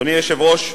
אדוני היושב-ראש,